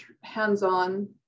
hands-on